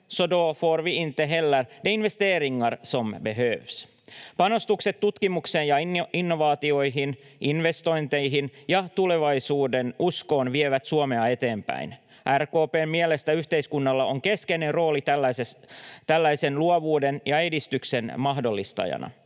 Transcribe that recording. så får vi inte heller de investeringar som behövs. Panostukset tutkimukseen ja innovaatioihin, investointeihin ja tulevaisuudenuskoon vievät Suomea eteenpäin. RKP:n mielestä yhteiskunnalla on keskeinen rooli tällaisen luovuuden ja edistyksen mahdollistajana.